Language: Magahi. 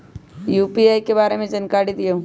यू.पी.आई के बारे में जानकारी दियौ?